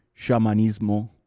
shamanismo